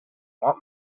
might